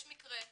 יש מקרה אחד,